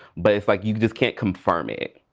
but it's like you just can't confirm it.